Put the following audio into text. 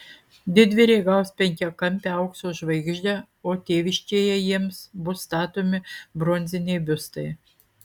didvyriai gaus penkiakampę aukso žvaigždę o tėviškėje jiems bus statomi bronziniai biustai